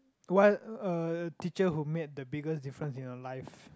one uh teacher who made the biggest difference in your life